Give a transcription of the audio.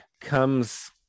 comes